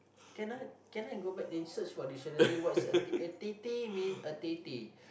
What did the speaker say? can I can I go back and search for dictionary what is a tete means a tete